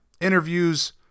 interviews